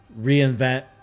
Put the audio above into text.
reinvent